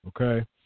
okay